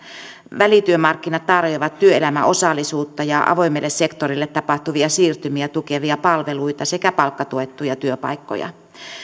välityömarkkinat tarjoavat työelämäosallisuutta ja avoimelle sektorille tapahtuvia siirtymiä tukevia palveluita sekä palkkatuettuja työpaikkoja